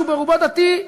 שהוא ברובו דתי,